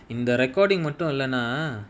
இந்த:intha recording மட்டு இல்லனா:mattu illanaa